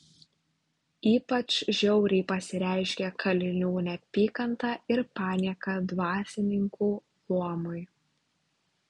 ypač žiauriai pasireiškė kalinių neapykanta ir panieka dvasininkų luomui